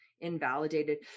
invalidated